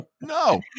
no